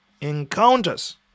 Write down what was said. encounters